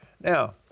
Now